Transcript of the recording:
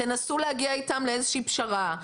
תנסו להגיע איתם לאיזו שהיא פשרה,